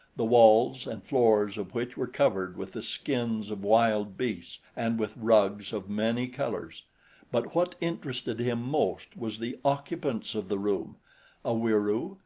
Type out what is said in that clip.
the walls and floors of which were covered with the skins of wild beasts and with rugs of many colors but what interested him most was the occupants of the room a wieroo,